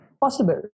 Possible